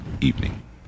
evening